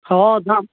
हँ जाम